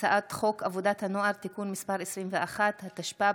הצעת חוק עבודת הנוער (תיקון מס' 21), התשפ"ב